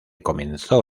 comenzó